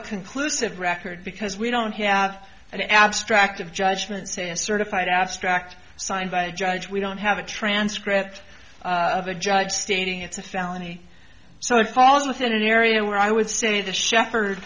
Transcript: a conclusive record because we don't have an abstract of judgment say a certified abstract signed by a judge we don't have a transcript of a judge stating it's a felony so it falls within an area where i would say the shepherd